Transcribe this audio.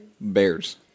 Bears